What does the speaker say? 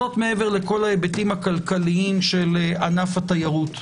זאת מעבר לכל ההיבטים הכלכליים של ענף הציירות.